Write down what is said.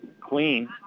Clean